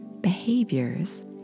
behaviors